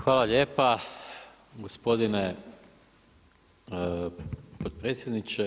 Hvala lijepa, gospodine potpredsjedniče.